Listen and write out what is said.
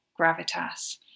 gravitas